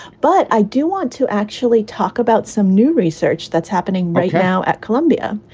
but i do want to actually talk about some new research that's happening right now at columbia.